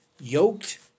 yoked